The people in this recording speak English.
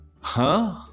Huh